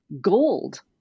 gold